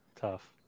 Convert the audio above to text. tough